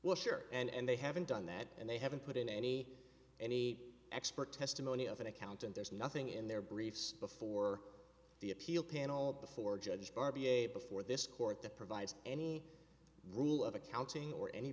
well sure and they haven't done that and they haven't put in any any expert testimony of an accountant there's nothing in their briefs before the appeal panel before judge r b a before this court that provides any rule of accounting or any